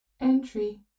Entry